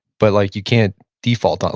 but like you can't default that.